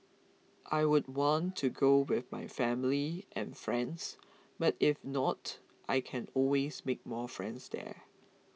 I would want to go with my family and friends but if not I can always make more friends there